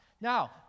Now